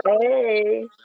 Hey